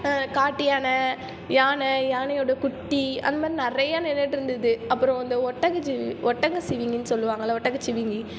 காட்டு யானை யானை யானையோட குட்டி அந்த மாதிரி நிறையா நின்றுட்டு இருந்தது அப்பறம் அந்த ஒட்டகச்சிவிங்கி ஒட்டகச்சிவிங்கி சொல்லுவாங்களா ஒட்டகச்சிவிங்கி